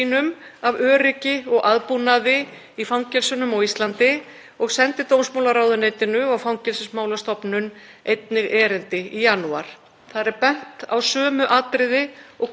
Þar er bent á sömu atriði og komu fram í erindi fangavarðafélagsins. Mig langar af þessu tilefni, frú forseti, að inna hæstv. dómsmálaráðherra